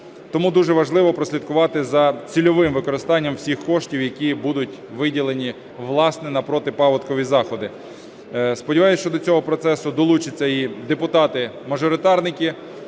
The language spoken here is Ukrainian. Тому дуже важливо прослідкувати за цільовим використанням всіх коштів, які будуть виділені, власне, на протипаводкові заходи. Сподіваюсь, що до цього процесу долучаться і депутати-мажоритарники